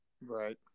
Right